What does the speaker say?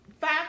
five